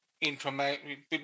information